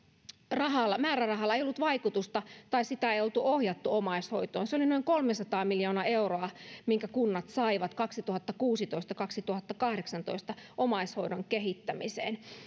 määrärahalla ei ollut vaikutusta tai sitä ei oltu ohjattu omaishoitoon se oli noin kolmesataa miljoonaa euroa minkä kunnat saivat kaksituhattakuusitoista viiva kaksituhattakahdeksantoista omaishoidon kehittämiseen